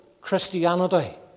Christianity